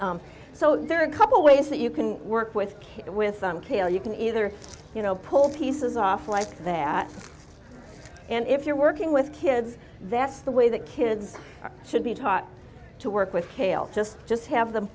so so there are a couple ways that you can work with kit with some kale you can either you know pull pieces off like that and if you're working with kids that's the way that kids should be taught to work with tails just just have them